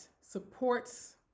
supports